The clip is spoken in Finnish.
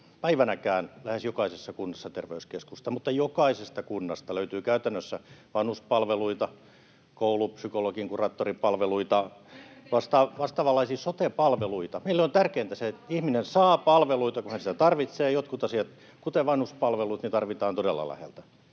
päivänäkään läheskään jokaisessa kunnassa terveyskeskusta, mutta jokaisesta kunnasta löytyy käytännössä vanhuspalveluita, koulupsykologin, kuraattorin palveluita, [Annika Saarikko: Säilyykö terveysasemat?] vastaavanlaisia sote-palveluita. Meille on tärkeintä se, että ihminen saa palveluita, kun hän niitä tarvitsee. Jotkut asiat, kuten vanhuspalvelut, tarvitaan todella läheltä.